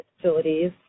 facilities